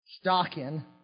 stocking